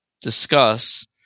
discuss